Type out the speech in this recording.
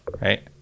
Right